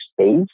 space